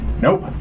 Nope